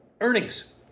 earnings